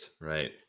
right